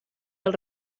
del